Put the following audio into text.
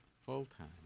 Full-time